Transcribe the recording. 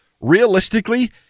realistically